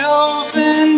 open